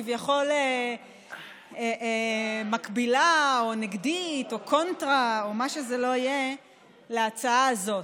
כביכול מקבילה או נגדית או קונטרה או מה שזה לא יהיה להצעה הזו.